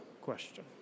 question